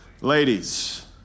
Ladies